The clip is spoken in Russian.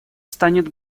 станет